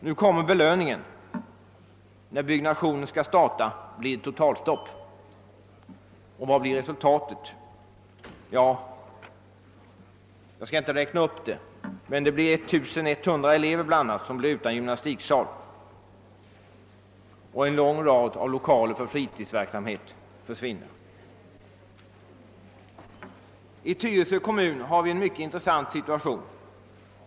Nu kommer belöningen för framsyntheten: När byggnationen skall starta blir det totalstopp. Och vad blir resultatet? Ja, jag skall inte räkna upp alla följderna, men bl.a. blir 1100 elever utan gymnastiksal, och en lång rad av lokaler för fritidsverksamhet försvinner. I Tyresö kommun har vi en mycket intressant situation.